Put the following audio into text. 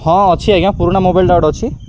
ହଁ ଅଛି ଆଜ୍ଞା ପୁରୁଣା ମୋବାଇଲ୍ ଗୋଟେ ଅଛି